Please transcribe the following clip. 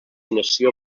nació